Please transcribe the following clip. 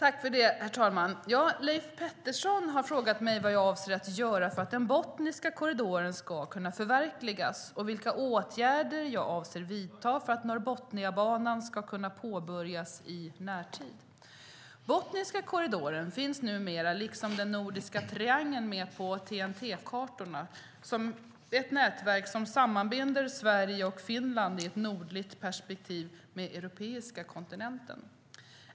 Herr talman! Leif Pettersson har frågat mig vad jag avser att göra för att Botniska korridoren ska kunna förverkligas och vilka åtgärder jag avser att vidta för att Norrbotniabanan ska kunna påbörjas i närtid. Botniska korridoren finns numera, liksom den nordiska triangeln, med på TEN-T-kartorna som ett nätverk som sammanbinder Sverige och Finland i ett nordligt perspektiv med europeiska kontinenten.